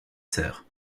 sœurs